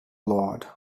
lord